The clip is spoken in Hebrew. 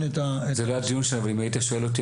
את --- זה לא הדיון שלנו אבל אם היית שואל אותי,